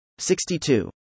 62